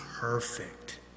perfect